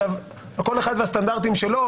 כל אחד והסטנדרטים שלו,